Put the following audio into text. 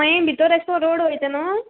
मागीर भितर येसकोन रोड वयता न्हू